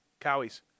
cowies